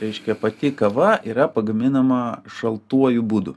reiškia pati kava yra pagaminama šaltuoju būdu